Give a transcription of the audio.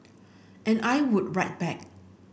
and I would write back